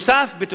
נוסף על כך,